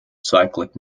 cyclic